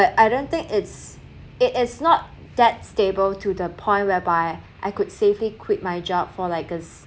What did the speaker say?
I don't think it's it is not that stable to the point whereby I could safely quit my job for like a